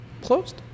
closed